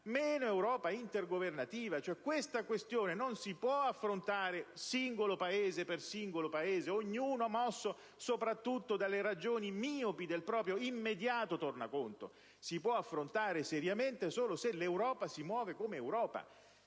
meno intergovernativa. Tale questione non si può affrontare Paese per Paese, ognuno mosso soprattutto dalle ragioni miopi del proprio immediato tornaconto. Si può affrontare seriamente solo se l'Europa si muove come Europa;